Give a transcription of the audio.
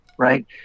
Right